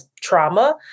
trauma